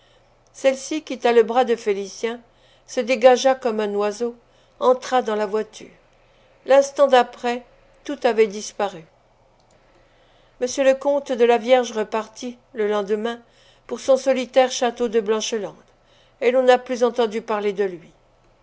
celle-ci quitta le bras de félicien se dégagea comme un oiseau entra dans la voiture l'instant d'après tout avait disparu m le compte de la vierge repartit le lendemain pour son solitaire château de blanchelande et l'on n'a plus entendu parler de lui